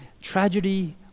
Tragedy